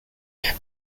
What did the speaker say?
there